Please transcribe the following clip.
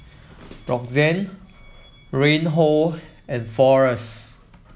Roxann Reinhold and Forrest